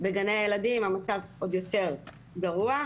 בגני הילדים המצב עוד יותר גרוע.